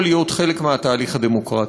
יכול להיות חלק מהתהליך הדמוקרטי.